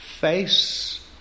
face